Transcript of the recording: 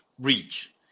reach